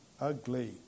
ugly